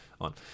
on